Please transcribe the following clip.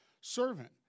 servant